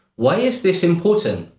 why is this important?